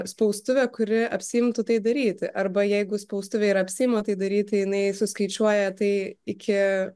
spaustuvę kuri apsiimtų tai daryti arba jeigu spaustuvė ir apsiima tai daryti jinai suskaičiuoja tai iki